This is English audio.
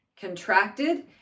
contracted